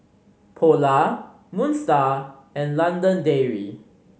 Polar Moon Star and London Dairy